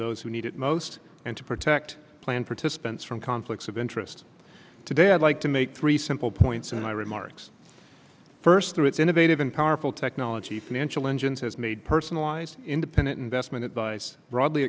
those who need it most and to protect plan participants from conflicts of interest today i'd like to make three simple points in my remarks first of its innovative and powerful technology financial engines has made personalized independent investment advice broadly